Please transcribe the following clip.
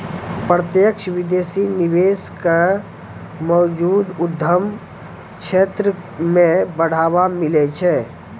प्रत्यक्ष विदेशी निवेश क मौजूदा उद्यम क्षेत्र म बढ़ावा मिलै छै